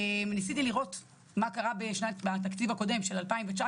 ניסיתי לראות מה קרה בתקציב הקודם של 2019,